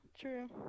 true